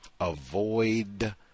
avoid